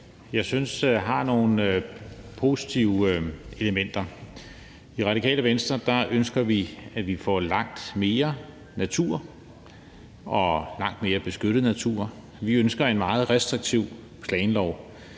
jeg synes har nogle positive elementer. I Radikale Venstre ønsker vi, at vi får langt mere natur og langt mere beskyttet natur, og vi ønsker en meget restriktiv planlov.